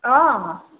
অঁ